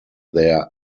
their